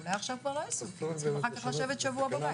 ואולי עכשיו כבר לא ייסעו כי צריכים אחר כך לשבת שבוע בבית.